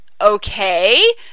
Okay